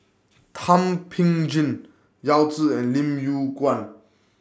Thum Ping Tjin Yao Zi and Lim Yew Kuan